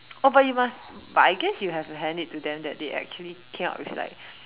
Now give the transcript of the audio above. oh but you must but I guess you have to hand it to them that they actually came up with like